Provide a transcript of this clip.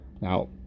Now